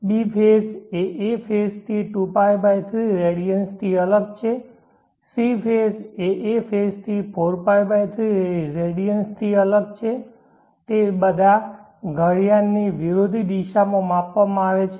b phase એ a phase થી 2π 3 radians થી અલગ છે c ફેઝ એ a ફેઝ થી 4π 3 રેડિઅન્સ થી અલગ છે જે બધા ઘડિયાળની વિરોધી દિશામાં માપવામાં આવે છે